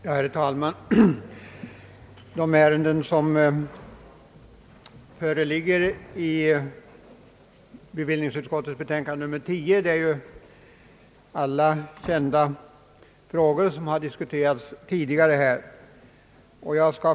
Herr talman! De frågor som behandlas i bevillningsutskottets betänkande nr 10 har diskuterats tidigare och är alla kända.